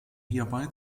hierbei